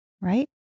right